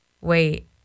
wait